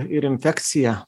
ir infekcija